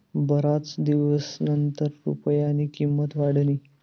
बराच दिवसनंतर रुपयानी किंमत वाढनी